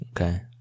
okay